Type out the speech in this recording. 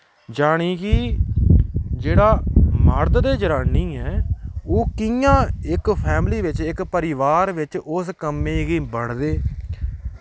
जानी कि जेह्ड़ा मर्द ते जनानी ऐ ओह् कि'यां इक फैमली बिच्च इक परिवार बिच्च उस कम्मै गी बंडदे